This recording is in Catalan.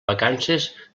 vacances